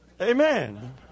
Amen